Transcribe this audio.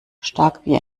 starkbier